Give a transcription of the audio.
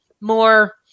more